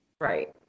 Right